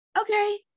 okay